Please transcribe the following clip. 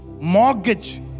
mortgage